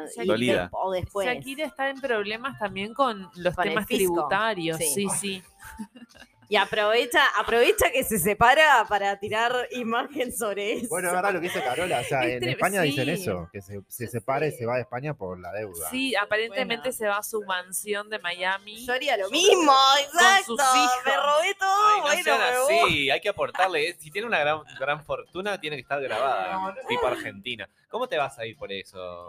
Y dolida. de- o después. Shakira está en problemas también con los Con el temas fisco, tributarios. sí, bueno. Sí, sí. Y aprovecha- aprovecha que se separa para tirar imagen sobre Bueno, eso. es verdad lo que dice Carola, o sea, Este, en España sí. dicen eso, que se- se Sí. separe y se va a España por la deuda. Sí, aparentemente Bueno. se va a su mansión de Miami Yo haría lo mismo, con sus exacto. Me hijos. robé todo, Ay, no, bueno, me voy. sí, hay que aportarle, eh. Si tiene una gran- gran fortuna, tiene que estar grabada, No, no, no, no. tipo Argentina. ¿Cómo te vas a ir por eso?